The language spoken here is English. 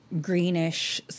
greenish